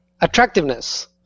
Attractiveness